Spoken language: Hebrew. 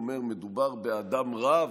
הוא אומר: מדובר באדם רע,